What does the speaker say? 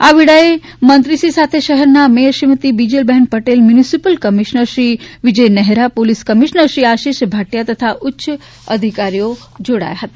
આ વેળાએ મંત્રી શ્રી સાથે શહેરના mayor Shrimati Bijalben Patel municipal commissioner Shri Vijay Nehra police commissioner Shri Ashish Bhatia તથા ઉચ્ચ અધિકારીઓ જોડાયા હતા